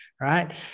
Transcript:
right